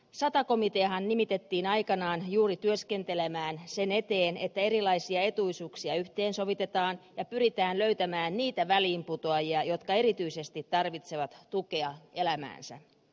sata komiteahan nimitettiin aikanaan juuri työskentelemään sen eteen että erilaisia etuuksia yhteensovitetaan ja pyritään löytämään niitä väliinputoajia jotka erityisesti tarvitsevat tukea elämäänsä